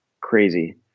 crazy